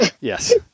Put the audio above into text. yes